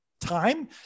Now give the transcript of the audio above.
time